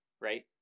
right